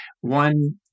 one